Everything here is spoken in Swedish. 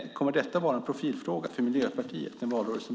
Kommer detta att vara en profilfråga för Miljöpartiet i valrörelsen?